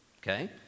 okay